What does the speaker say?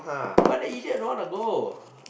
but that idiot don't want to go